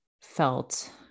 felt